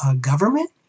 government